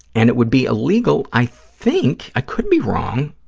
and it would be illegal, i think, i could be wrong,